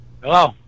Hello